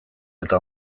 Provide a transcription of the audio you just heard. eta